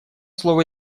слово